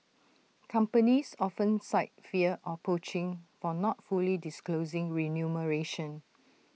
companies often cite fear of poaching for not fully disclosing remuneration